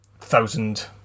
Thousand